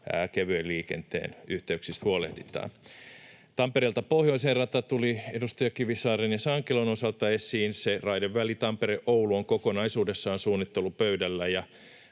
kevyen liikenteen yhteyksistä huolehditaan. Rata Tampereelta pohjoiseen tuli edustaja Kivisaaren ja edustaja Sankelon osalta esiin. Se raideväli Tampere—Oulu on kokonaisuudessaan suunnittelupöydällä